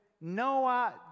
Noah